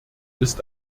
ist